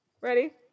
Ready